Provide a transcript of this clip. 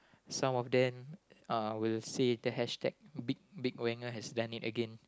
some of them uh will say the hashtag big big Wenger has done it again